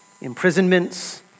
imprisonments